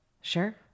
Sure